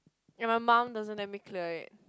and my mom doesn't let me clear it